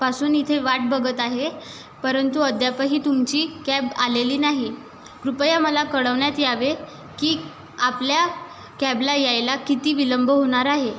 पासून इथे वाट बघत आहे परंतु अद्यापही तुमची कॅब आलेली नाही कृपया मला कळवण्यात यावे की आपल्या कॅबला यायला किती विलंब होणार आहे